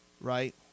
right